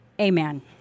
Amen